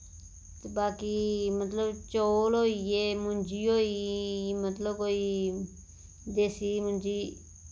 बाकी मतलब चौल होइये मुंजी होई गेई मतलब कोई देसी मुंजी